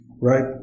right